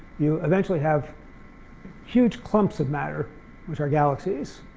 you eventually have huge clumps of matter which are galaxies.